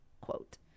quote